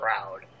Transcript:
proud